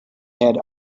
had